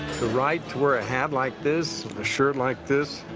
the right to wear a hat like this, a shirt like this,